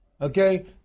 Okay